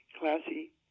classy